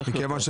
איך יותר?